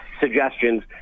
suggestions